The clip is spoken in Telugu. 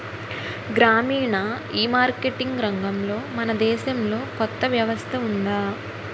గ్రామీణ ఈమార్కెటింగ్ రంగంలో మన దేశంలో కొత్త వ్యవస్థ ఉందా?